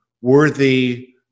worthy